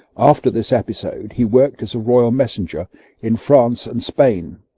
after this episode he worked as a royal messenger in france and spain.